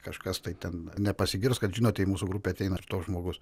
kažkas tai ten nepasigirs kad žinote į mūsų grupę ateina toks žmogus